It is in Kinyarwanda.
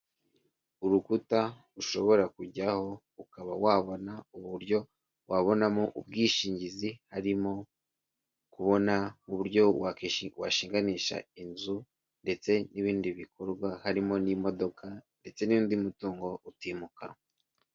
Urukuta ushobora kujyaho ukaba wabona uburyo wabonamo ubwishingizi, harimo kubona uburyo washinganisha inzu, ndetse n'ibindi bikorwa, harimo n'imodoka ndetse n'undi mutungo utimukanwa.